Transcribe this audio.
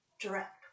direct